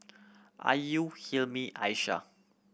Ayu Hilmi Aishah